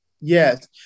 yes